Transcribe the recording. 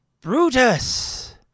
Brutus